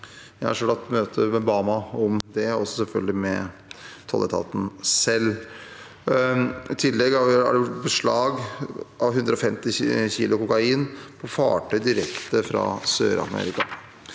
Jeg har selv hatt møte med BAMA om det, og selvfølgelig også med tolletaten selv. I tillegg er det gjort beslag av 150 kg kokain på fartøy direkte fra Sør-Amerika.